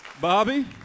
Bobby